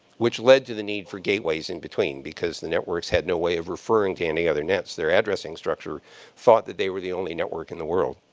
which led to the need for gateways in between. because the networks had no way of referring to any other nets. their addressing structure thought they were the only network in the world.